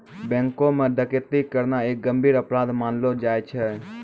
बैंको म डकैती करना एक गंभीर अपराध मानलो जाय छै